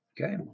Okay